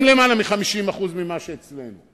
זה למעלה מ-50% ממה שאצלנו.